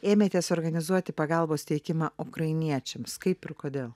ėmėtės organizuoti pagalbos teikimą ukrainiečiams kaip ir kodėl